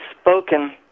spoken